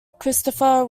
christopher